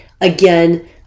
Again